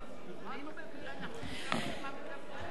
(קוראת בשמות חברי הכנסת)